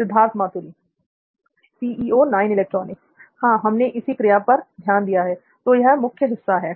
सिद्धार्थ मातुरी और हमने इसी क्रिया पर ध्यान दिया है तो यह मुख्य हिस्सा है